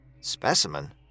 Specimen